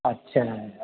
अच्छा